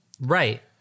Right